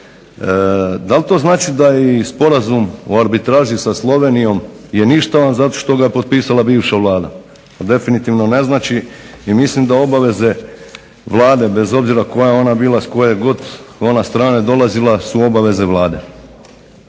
da li to znači da je i sporazum o arbitraži sa Slovenijom je ništavan zato što ga je potpisala bivša Vlada. To definitivno ne znači i mislim da obaveze Vlade bez obzira koja je ona bila, s koje god ona strane dolazila su obaveze Vlade.